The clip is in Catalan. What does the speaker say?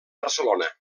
barcelona